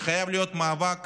זה חייב להיות מאבק